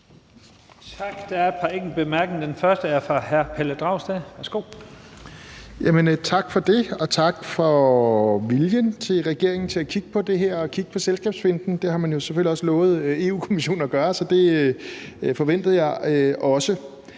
er et par enkelte korte bemærkninger. Den første er fra hr. Pelle Dragsted. Værsgo. Kl. 15:10 Pelle Dragsted (EL): Tak for det, og tak for viljen til i regeringen at kigge på det her og kigge på selskabsfinten. Det har man jo selvfølgelig også lovet Europa-Kommissionen at gøre, så det forventede jeg også.